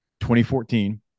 2014